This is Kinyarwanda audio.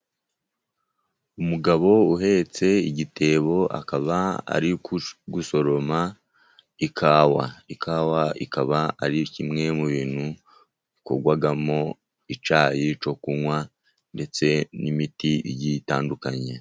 Umugabo uhetse igitebo akaba ari gusoroma ikawa. Ikawa ikaba ari kimwe mu bintu bikorwamo icyayi cyo kunywa ndetse n’imiti igiye itandukanye.